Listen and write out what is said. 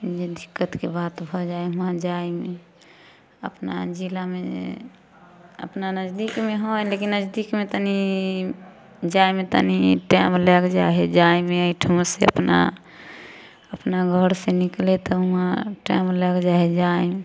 अयमे दिक्कतके बात भऽ जाइ है हुआँ जाइमे अपना जिलामे अपना नजदीकमे है लेकिन नजदीकमे तनी जाइमे तनी टाइम लागि जाइ है जाहिमे एहिठिमा से अपना अपना घर से निकले तऽ हुआँ टाइम लागि जाइ है जाइमे